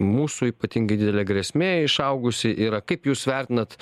mūsų ypatingai didelė grėsmė išaugusi yra kaip jūs vertinat